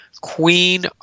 Queen